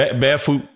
barefoot